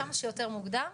כמה שיותר מוקדם.